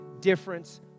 difference